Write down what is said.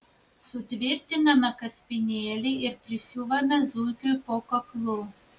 sutvirtiname kaspinėlį ir prisiuvame zuikiui po kaklu